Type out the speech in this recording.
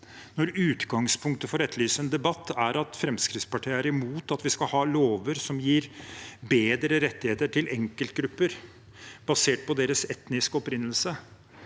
Når utgangspunktet for å etterlyse en debatt er at Fremskrittspartiet er imot at vi skal ha lover som gir bedre rettigheter til enkeltgrupper basert på etnisk opprinnelse,